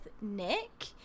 Nick